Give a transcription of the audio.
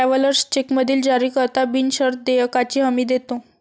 travellers चेकमधील जारीकर्ता बिनशर्त देयकाची हमी देतो